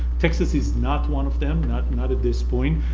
texas is not one of them. not not at this point.